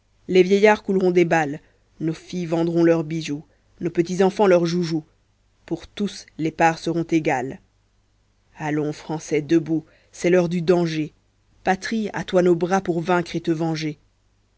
les vieillards couleront des balles nos filles vendront leurs bijoux nos petits enfants leurs joujoux pour tovis les parts seront égales allons français debout c'est l'heure du danger patrie à toi nos bras pour vaincre et te venger